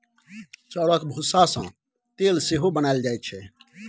चाउरक भुस्सा सँ तेल सेहो बनाएल जाइ छै